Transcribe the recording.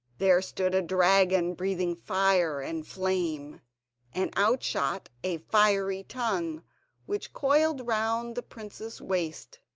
there stood a dragon breathing fire and flame and out shot a fiery tongue which coiled round the prince's waist,